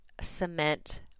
cement